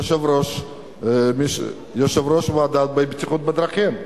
יושב-ראש ועדה לבטיחות בדרכים.